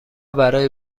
برای